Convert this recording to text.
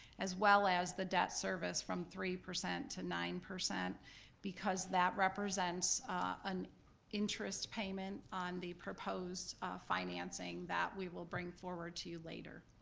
as well as the debt service from three percent to nine percent because that represents an interest payment on the proposed financing that we will bring forward to later.